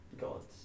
gods